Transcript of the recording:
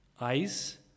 ice